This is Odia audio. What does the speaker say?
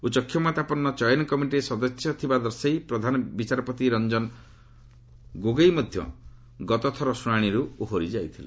ଉଚ୍ଚକ୍ଷମତାପନ୍ନ ଚୟନ କମିଟିରେ ସଦସ୍ୟ ଥିବା ଦର୍ଶାଇ ପ୍ରଧାନ ବିଚାରପତି ରଞ୍ଜନ ଗୋଗେଇ ମଧ୍ୟ ଗତଥରର ଶୁଣାଶିରୁ ଓହରି ଯାଇଥିଲେ